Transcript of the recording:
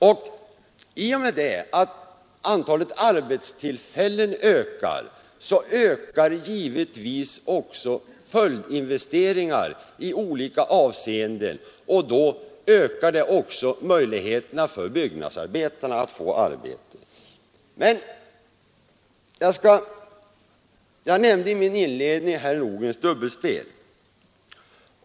Och i och med att antalet arbetstillfällen ökar på en ort så ökar givetvis också följdinvesteringar i olika avseenden, och då ökar det också möjligheterna för byggnadsarbetare att få arbete. Jag nämnde i min inledning herr Nordgrens dubbelspel.